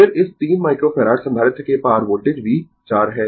फिर इस 3 माइक्रोफैराड संधारित्र के पार वोल्टेज V 4 है